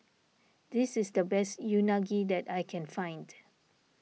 this is the best Unagi that I can find